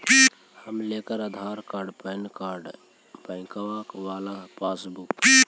हम लेकर Aadhaar card PAN card बैंकवा वाला पासबुक?